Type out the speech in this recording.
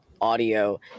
audio